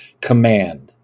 command